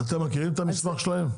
אתם מכירים את המסמך שלהם?